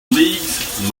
leagues